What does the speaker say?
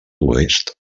oest